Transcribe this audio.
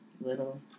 little